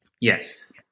Yes